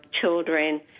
children